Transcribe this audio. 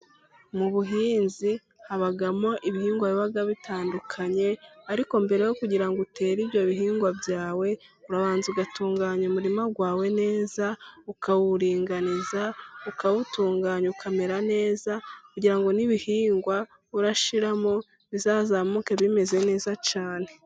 Mu buhinzi habamo ibihingwa biba bitandukanye ,ariko mbere yo kugira ngo utere ibyo bihingwa byawe ,urabanza ugatunganya umurima wawe neza ,ukawuringaniza ,ukawutunganya ukamera neza ,kugira ngo n'ibihingwa urashyiramo bizazamuke bimeze neza cyane.